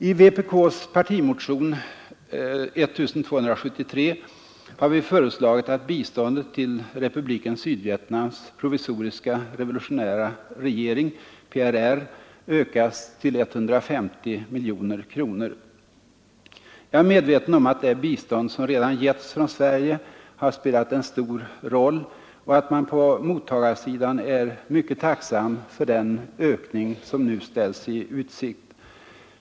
I vpk:s partimotion 1273 har vi föreslagit att biståndet till Republiken Sydvietnams provisoriska revolutionära regering — PRR — ökas till 150 miljoner kronor. Jag är medveten om att det bistånd som redan getts från Sverige har spelat en stor roll och att man på mottagarsidan är mycket tacksam för den ökning som nu ställs i utsikt.